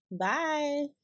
Bye